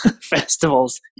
festivals